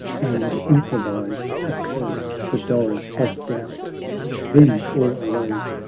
and improvised a curse for dole of doubt then all arose,